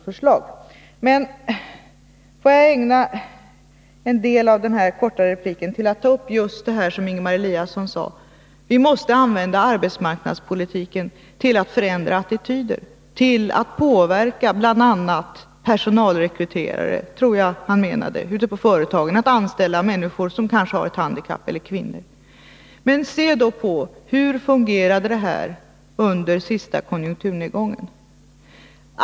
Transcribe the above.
Får jag ägna en del av denna korta replik till att ta upp det som Ingemar Eliasson sade om arbetsmarknadspolitiken och attityder. Vi måste använda arbetsmarknadspolitiken till att förändra attityder, till att påverka bl.a. personalrekryterare ute på företagen till att anställa kvinnor eller människor som kanske har ett handikapp, sade Ingemar Eliasson. Se då på hur detta fungerade under den senaste konjunkturnedgången!